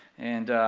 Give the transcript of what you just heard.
and,